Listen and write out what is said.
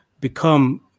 become